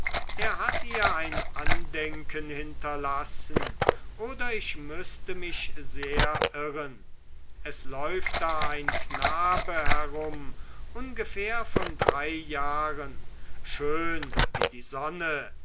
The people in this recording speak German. er hat ihr ein andenken hinterlassen oder ich müßte mich sehr irren es läuft da ein knabe herum ungefähr von drei jahren schön wie die sonne